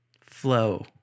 flow